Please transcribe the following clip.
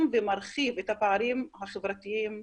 ומרחיב את הפערים החברתיים והכלכליים.